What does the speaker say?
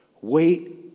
wait